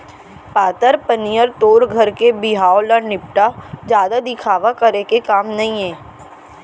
पातर पनियर तोर घर के बिहाव ल निपटा, जादा दिखावा करे के काम नइये